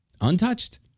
Untouched